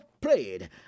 prayed